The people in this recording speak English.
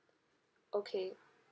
okay